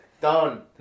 Done